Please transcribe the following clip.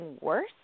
worse